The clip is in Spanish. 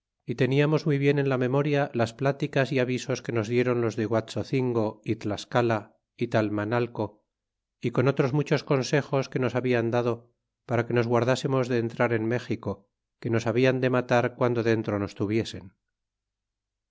y teniamos muy bien en la memoria las pláticas e avisos que nos dieron los de guaxocingo é tlascala y talmanalco y con otros muchos consejos que nos hablan dado para que nos guardásemos de entrar en méxico que nos habian de matar guando dentro nos tuviesen